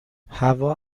هوا